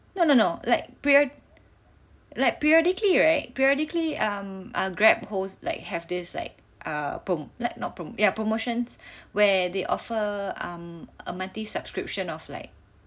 no no no like period~ like periodically right periodically um err Grab host like have this like err promo like not promo ya promotions where they offer um a monthly subscription of like